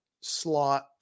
slot